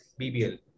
BBL